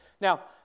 Now